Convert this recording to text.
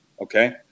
Okay